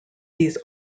these